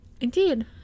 Indeed